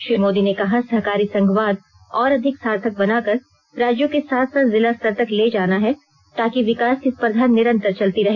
श्री मोदी ने कहा सहकारी संघवाद और अधिक सार्थक बनाकर राज्यों के साथ साथ जिला स्तर तक ले जाना है ताकि विकास की स्पर्धा निरंतर चलती रहे